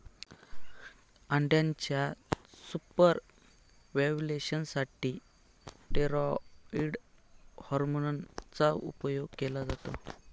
अंड्याच्या superovulation साठी steroid hormone चा उपयोग केला जातो